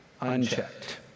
unchecked